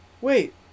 Wait